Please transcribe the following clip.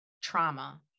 trauma